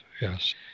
yes